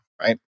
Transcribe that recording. right